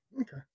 Okay